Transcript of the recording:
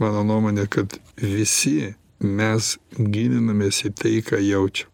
mano nuomone kad visi mes gilinamės į tai ką jaučiam